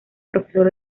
profesor